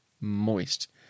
moist